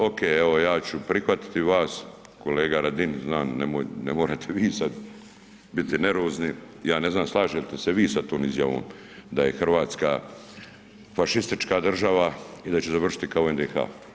Ok, evo ja ću prihvatiti vas kolega Radin, znam, ne morate sad vi biti nervozni, ja ne znam slažete se vi sa tom izjavom da je RH fašistička država i da će završiti kao NDH.